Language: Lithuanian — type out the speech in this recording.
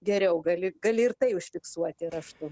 geriau gali gali ir tai užfiksuoti raštu